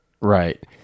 Right